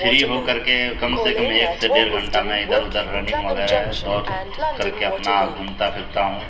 free ہو کر کے کم سے کم ایک سے ڈیڑھ گھنٹہ میں ادھر ادھر رننگ وغیرہ دور کر کے اپنا گھومتا پھرتا ہوں